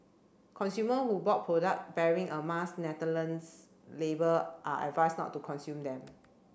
consumer who bought product bearing a Mars Netherlands label are advised not to consume them